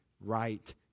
right